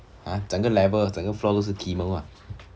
ha 整个 level 整个 floor 都是 chemo lah